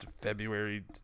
february